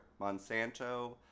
Monsanto